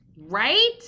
Right